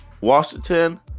Washington